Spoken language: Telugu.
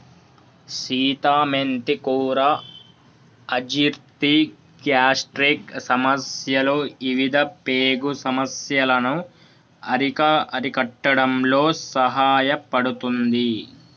సీత మెంతి కూర అజీర్తి, గ్యాస్ట్రిక్ సమస్యలు ఇవిధ పేగు సమస్యలను అరికట్టడంలో సహాయపడుతుంది